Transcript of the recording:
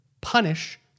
Punish